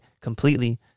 completely